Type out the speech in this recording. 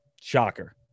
Shocker